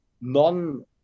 non